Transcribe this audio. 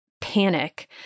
panic